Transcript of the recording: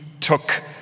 took